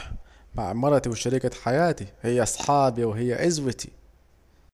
مع مرتي وشريكة حياتي هي صحابي وهي عزوتي